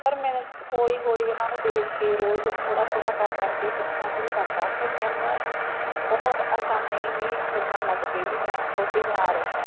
ਪਰ ਮੈਂ ਹੌਲੀ ਹੌਲੀ ਇਹਨਾਂ ਨੂੰ ਦੇਖ ਕੇ ਰੋਜ਼ ਥੋੜ੍ਹਾ ਥੋੜ੍ਹਾ ਕਰ ਕਰ ਕੇ ਸਿੱਖਣਾ ਸ਼ੁਰੂ ਕਰਤਾ ਅਤੇ ਮੈਨੂੰ ਬਹੁਤ ਆਸਾਨੀ ਵੀ ਲੱਗਣ ਲੱਗ ਪਈ ਵੀ ਮੈਂ ਕੋਟੀ ਬਣਾ ਰਹੀ ਹਾਂ